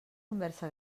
conversa